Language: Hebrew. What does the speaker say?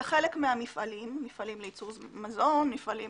זה חלק מהמפעלים לייצור מזון, מפעלים